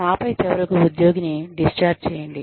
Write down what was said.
ఆపై చివరకు ఉద్యోగిని డిశ్చార్జ్ చేయండి